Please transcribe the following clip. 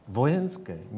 vojenské